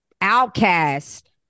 Outcast